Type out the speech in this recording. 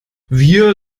wir